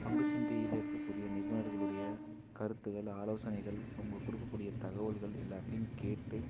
அந்த பங்குச்சந்தையில் இருக்கக்கூடிய நிபுணர்களுடைய கருத்துகள் ஆலோசனைகள் அவங்க கொடுக்க கூடிய தகவல்கள் எல்லாத்தையும் கேட்டு